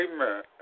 Amen